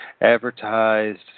advertised